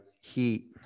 heat